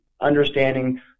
understanding